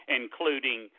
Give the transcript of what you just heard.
including